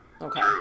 Okay